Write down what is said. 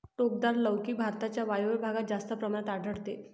टोकदार लौकी भारताच्या वायव्य भागात जास्त प्रमाणात आढळते